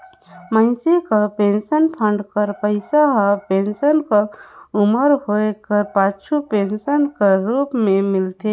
मइनसे कर pension fund कर पइसा हर पेंसन कर उमर होए कर पाछू पेंसन कर रूप में मिलथे